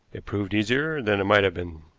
it proved easier than it might have been.